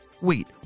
Wait